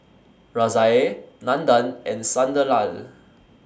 Razia Nandan and Sunderlal